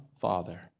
Father